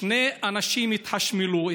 שני אנשים התחשמלו,